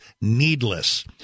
needless